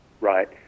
right